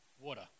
water